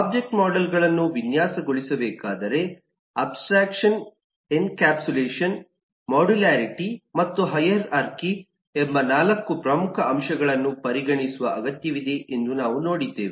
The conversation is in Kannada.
ಒಬ್ಜೆಕ್ಟ್ ಮಾಡೆಲ್ಗಳನ್ನು ವಿನ್ಯಾಸಗೊಳಿಸಬೇಕಾದರೆ ಅಬ್ಸ್ಟ್ರಾಕ್ಷನ್ ಎನ್ಕ್ಯಾಪ್ಸುಲಶನ್ ಮೊಡ್ಯೂಲ್ಯಾರಿಟಿ ಮತ್ತು ಹೈರಾರ್ಖಿ ಎಂಬ 4 ಪ್ರಮುಖ ಅಂಶಗಳನ್ನು ಪರಿಗಣಿಸುವ ಅಗತ್ಯವಿದೆ ಎಂದು ನಾವು ನೋಡಿದ್ದೇವೆ